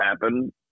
happen